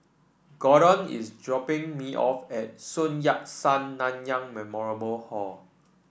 Gorden is dropping me off at Sun Yat Sen Nanyang Memorial Hall